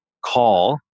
call